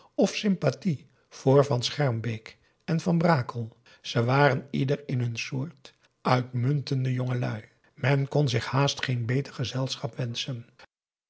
of sympathie voor van schermbeek en van brakel ze waren ieder in hun soort uitmuntende jongelui men kon zich haast geen beter gezelschap wenschen